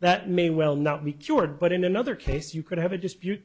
that may well not be cured but in another case you could have a dispute